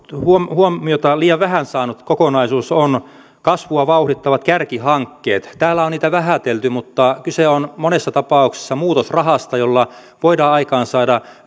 huomiota liian vähän saanut kokonaisuus on kasvua vauhdittavat kärkihankkeet täällä on on niitä vähätelty mutta kyse on monessa tapauksessa muutosrahasta jolla voidaan aikaansaada